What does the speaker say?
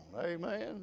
Amen